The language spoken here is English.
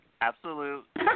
Absolute